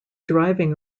driving